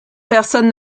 personne